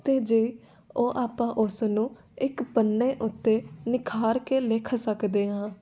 ਅਤੇ ਜੇ ਉਹ ਆਪਾਂ ਉਸ ਨੂੰ ਇੱਕ ਪੰਨੇ ਉੱਤੇ ਨਿਖਾਰ ਕੇ ਲਿਖ ਸਕਦੇ ਹਾਂ